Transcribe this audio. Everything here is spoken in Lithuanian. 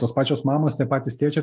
tos pačios mamos tie patys tėčiai